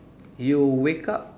you wake up